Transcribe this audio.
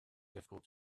difficult